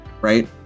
right